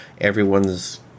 everyone's